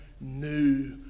new